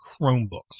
Chromebooks